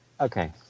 Okay